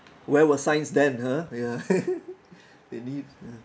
where was science then !huh! ya they need